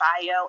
bio